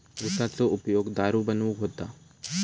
उसाचो उपयोग दारू बनवूक होता